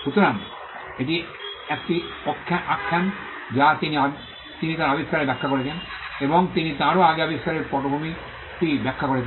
সুতরাং এটি একটি আখ্যান যা তিনি তাঁর আবিষ্কারের ব্যাখ্যা করেছেন এবং তিনি তারও আগে আবিষ্কারের পটভূমিটি ব্যাখ্যা করেছেন